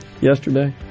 yesterday